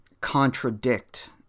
contradict